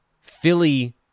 Philly